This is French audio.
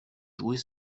jouer